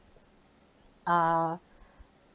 ah